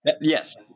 Yes